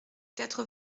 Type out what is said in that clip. quatre